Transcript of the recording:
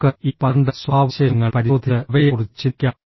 നമുക്ക് ഈ പന്ത്രണ്ട് സ്വഭാവവിശേഷങ്ങൾ പരിശോധിച്ച് അവയെക്കുറിച്ച് ചിന്തിക്കാം